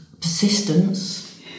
persistence